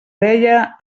deia